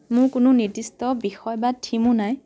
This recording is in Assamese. মোৰ কোনো নিৰ্দিষ্ট বিষয় বা থীমো নাই